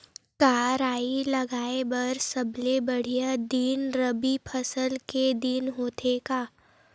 का राई लगाय बर सबले बढ़िया दिन रबी फसल के दिन होथे का?